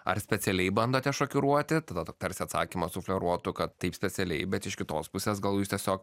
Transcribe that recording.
ar specialiai bandote šokiruoti tada tarsi atsakymas sufleruotų kad taip specialiai bet iš kitos pusės gal jūs tiesiog